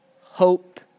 Hope